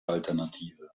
alternative